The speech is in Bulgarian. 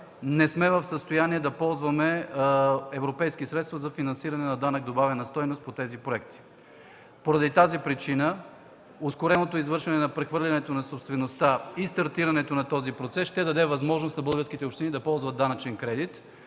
не сме в състояние да ползваме европейски средства за финансиране на данък добавена стойност по тези проекти. По тази причина ускореното извършване на прехвърлянето на собствеността и стартирането на този процес ще даде възможност на българските общини да ползват данъчен кредит,